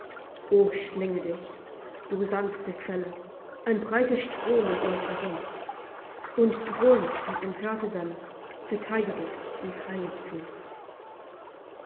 o schlinge dich du sanfte quelle ein breiter strom um uns herum und drohend mit empörter welle verteidige dies heiligtum